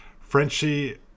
Frenchie